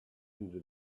into